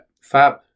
fab